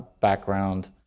background